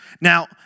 Now